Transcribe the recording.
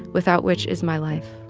without which is my life